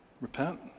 Repent